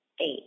eight